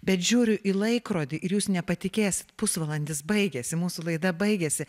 bet žiūriu į laikrodį ir jūs nepatikėsit pusvalandis baigėsi mūsų laida baigėsi